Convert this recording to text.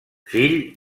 fill